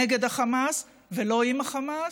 נגד החמאס ולא עם החמאס.